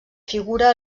figura